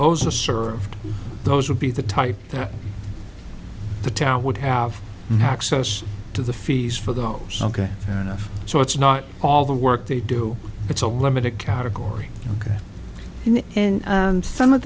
those are served those would be the type that the town would have access to the fees for those ok so it's not all the work they do it's a limited category and and some of